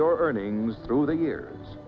your earnings through the years